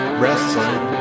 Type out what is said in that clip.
wrestling